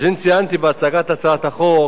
ציינתי בהצגת הצעת החוק